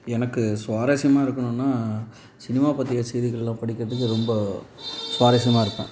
எனக்கு சுவாரஸ்யமா இருக்கணுன்னால் சினிமா பற்றிய செய்திகளெலாம் படிக்கிறதுக்கு ரொம்ப சுவாரஸ்யமா இருப்பேன்